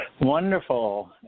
Wonderful